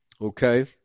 okay